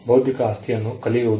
ಬೌದ್ಧಿಕ ಆಸ್ತಿಯನ್ನು ಕಲಿಯುವುದು